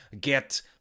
get